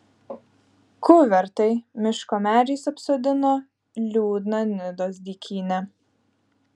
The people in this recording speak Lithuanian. kuvertai miško medžiais apsodino liūdną nidos dykynę